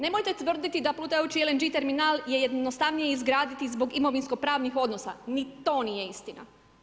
Nemojte tvrditi da plutajući LNG terminal je jednostavnije izgraditi zbog imovinsko-pravnih odnosa, ni to nije istina.